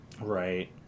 right